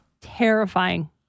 Terrifying